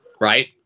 right